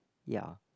ya